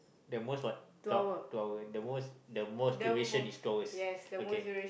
the most what two hour two hour the most the most duration is two hours okay